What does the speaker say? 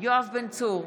יואב בן צור,